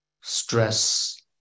stress